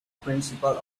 principle